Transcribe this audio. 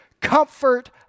comfort